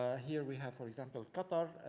ah here we have for example, qatar,